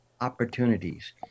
opportunities